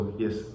yes